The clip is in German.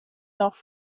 noch